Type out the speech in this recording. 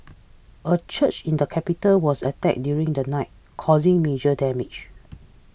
a church in the capital was attacked during the night causing damage